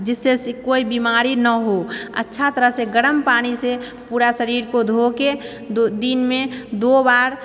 जिससे कोई बीमारी नऽ हो अच्छा तरहसँ गरम पानिसँ पूरा शरीरके धोके दिनमे दो बार